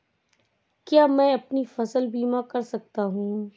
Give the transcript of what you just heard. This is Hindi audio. क्या मैं अपनी फसल बीमा करा सकती हूँ?